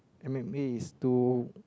and maybe is too